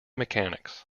mechanics